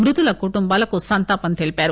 మృతుల కుటుంబాలకు సంతాపం తెలిపారు